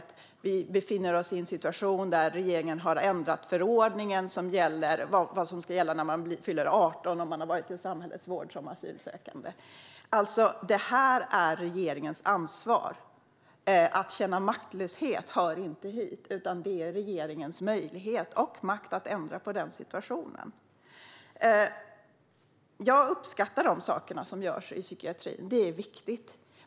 Vi befinner oss i en situation där regeringen har ändrat förordningen om vad som ska gälla när man fyller 18 om man har varit i samhällets vård som asylsökande. Det här är regeringens ansvar. Att känna maktlöshet hör inte hit, utan det är regeringens möjlighet och makt att ändra på den situationen. Jag uppskattar de saker som görs i psykiatrin. De är viktiga.